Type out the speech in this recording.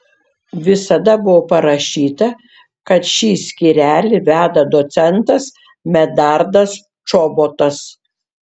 visada buvo parašyta kad šį skyrelį veda docentas medardas čobotas